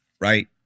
right